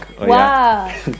wow